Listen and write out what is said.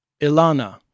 Ilana